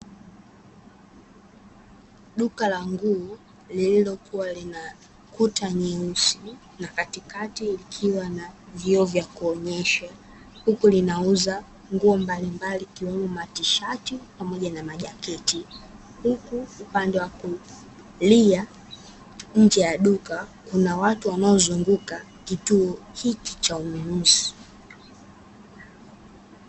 Duka la nguo lililokuwa lina kuta nyeusi na katikati likiwa na vioo vya kuonyesha, huku linauza nguo mbalimbali ikiwemo: matisheti pamoja na majaketi, huku upande wa kulia nje ya duka kuna watu wanaozunguka kituo hiki cha ununuzi.